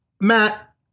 Matt